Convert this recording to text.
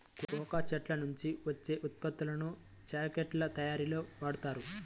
cocoa చెట్ల నుంచి వచ్చే ఉత్పత్తులను చాక్లెట్ల తయారీలో వాడుతారు